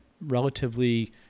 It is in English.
relatively